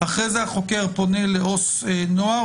אחרי זה החוקר פונה לעובד סוציאלי לנוער,